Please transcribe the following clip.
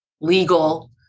legal